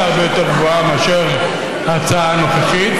הרבה יותר גבוהה מאשר ההצעה הנוכחית.